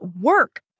work